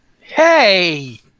hey